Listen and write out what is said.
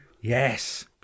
Yes